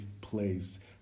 place